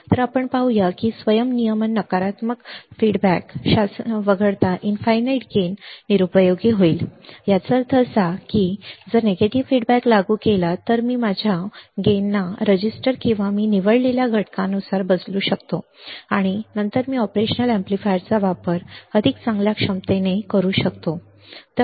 तर आपण पाहूया की स्वयं नियमन नकारात्मक अभिप्राय शासन वगळता इनफाईनाईट गेन अनंत लाभ निरुपयोगी होईल याचा अर्थ असा की जर मी नकारात्मक अभिप्राय लागू केला तर मी माझ्या फायद्यांना रजिस्टर किंवा मी निवडलेल्या घटकांनुसार बदलू शकतो आणि नंतर मी ऑपरेशनल एम्पलीफायरचा वापर अधिक चांगल्या क्षमतेने किंवा क्षमतेने करू शकतो